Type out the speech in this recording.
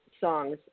songs